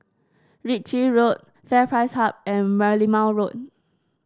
Ritchie Road FairPrice Hub and Merlimau Road